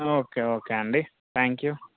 okay okay అండి thank you